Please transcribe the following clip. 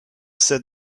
said